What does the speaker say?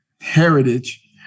heritage